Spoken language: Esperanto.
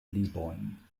librojn